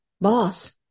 boss